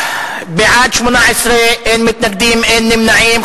בעד, 18, אין מתנגדים, אין נמנעים.